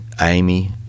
Amy